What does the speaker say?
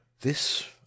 this